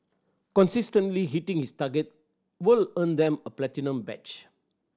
consistently hitting this target will earn them a platinum badge